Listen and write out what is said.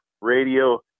radio